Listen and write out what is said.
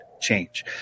change